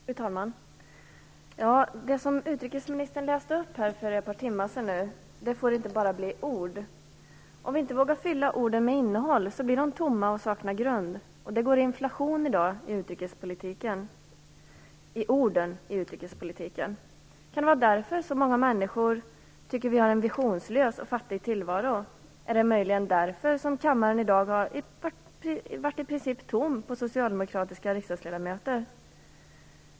Fru talman! Det som utrikesministern läste upp för ett par timmar sedan får inte bara förbli ord. Om vi inte vågar fylla orden med innehåll blir de tomma och saknar grund, och det går inflation i orden i utrikespolitiken. Kan det vara därför som många människor tycker att vi har en visionslös och fattig tillvaro? Är det möjligen därför som kammaren i dag i princip har varit tom på socialdemokratiska riksdagsledamöter?